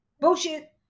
Bullshit